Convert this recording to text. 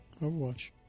Overwatch